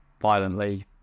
violently